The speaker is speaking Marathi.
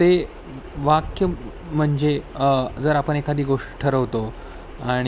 ते वाक्य म्हणजे जर आपण एखादी गोष्ट ठरवतो आणि